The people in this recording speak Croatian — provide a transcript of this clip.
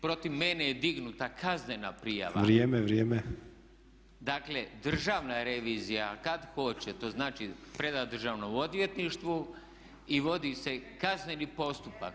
Protiv mene je dignuta kaznena prijava [[Upadica Sanader: Vrijeme, vrijeme.]] Dakle, Državna revizija kad hoće, to znači preda Državnom odvjetništvu i vodi se kazneni postupak.